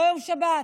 לא יום שבת,